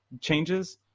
changes